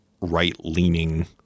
right-leaning